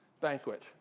banquet